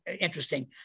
interesting